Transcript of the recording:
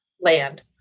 land